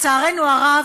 לצערנו הרב,